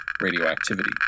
radioactivity